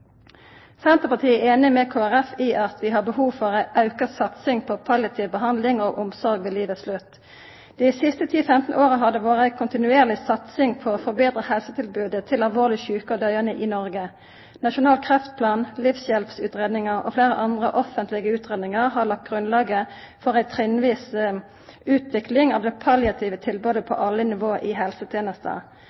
Senterpartiet er einig med Kristeleg Folkeparti i at vi har behov for ei auka satsing på palliativ behandling og omsorg ved livets slutt. Dei siste 10–15 åra har det vore ei kontinuerleg satsing på å forbetra helsetilbodet til alvorleg sjuke og døyande i Noreg. Nasjonal kreftplan, Livshjelpsutredningen og fleire andre offentlege utgreiingar har lagt grunnlaget for ei trinnvis utvikling av det palliative tilbodet på alle nivå i